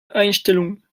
einstellung